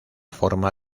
forma